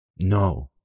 No